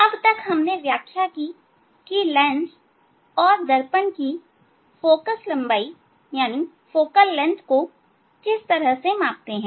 अभी तक हमने व्याख्या की कि लेंस और दर्पण की फोकल लंबाई को किस तरह से नापते हैं